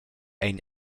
ein